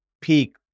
peak